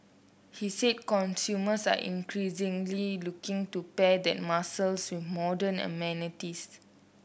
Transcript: he said consumers are increasingly looking to pair that muscle with modern amenities